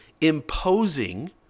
imposing